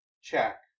check